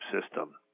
system